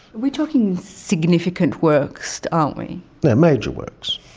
we're talking significant works, aren't we? yeah, major works.